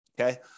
Okay